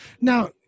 Now